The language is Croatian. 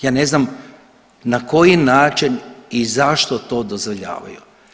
Ja ne znam na koji način i zašto to dozvoljavaju.